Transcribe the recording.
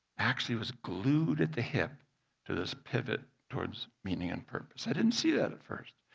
actually was glued at the hip to this pivot towards meaning and purpose. i didn't see that at first.